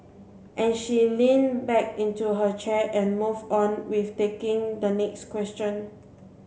and she leaned back into her chair and moved on with taking the next question